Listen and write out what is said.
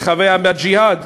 "הג'יהאד"?